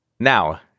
Now